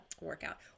workout